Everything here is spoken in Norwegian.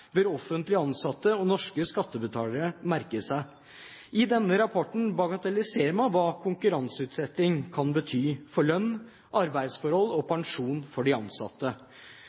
bør offentlig ansatte og norske skattebetalere merke seg. I denne rapporten bagatelliserer man hva konkurranseutsetting kan bety for lønn, arbeidsforhold og pensjon for de ansatte.